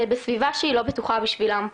בסביבה שהיא לא בטוחה בשבילם.